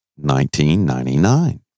1999